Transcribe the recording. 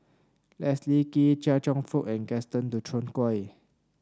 Leslie Kee Chia Cheong Fook and Gaston Dutronquoy